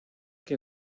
que